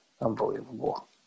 unbelievable